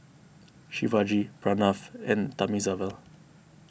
Shivaji Pranav and Thamizhavel